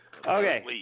Okay